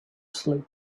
sleep